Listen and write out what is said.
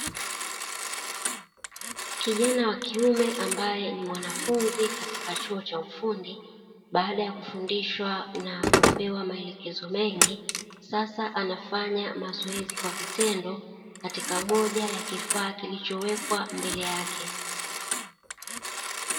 Kijana wa kiume ambaye ni mwanafunzi katika chuo cha ufundi baada ya kufundishwa na kupewa maelekezo mengi, sasa anafanya mazoezi kwa vitendo katika moja ya kifaa kilichowekwa mbele yake.